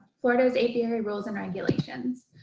florida s apiary rules and regulations.